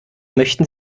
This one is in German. möchten